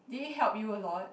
did it help you a lot